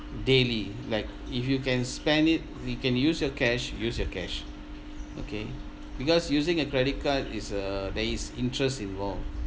daily like if you can spend it we can use your cash use your cash okay because using a credit card is uh there is interest involved